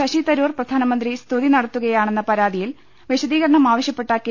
ശശിതരൂർ പ്രധാനമന്ത്രി സ്തൂതി നടത്തുകയാണെന്ന പരാതിയിൽ വിശദീകരണം ആവശ്യപ്പെട്ട കെ